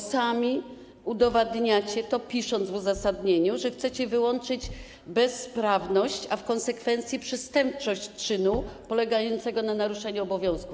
Sami to udowadniacie, pisząc w uzasadnieniu, że chcecie wyłączyć bezprawność, a w konsekwencji przestępczość, czynu polegającego na naruszeniu obowiązków.